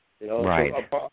Right